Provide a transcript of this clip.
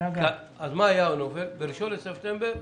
ב-1 לספטמבר,